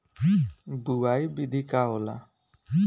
बुआई विधि का होला?